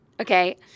okay